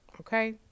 Okay